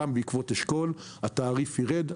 וגם בעקבות אשכול התעריף ירד.